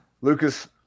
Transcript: Lucas